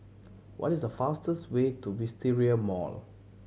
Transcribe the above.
what is the fastest way to Wisteria Mall